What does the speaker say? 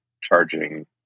charging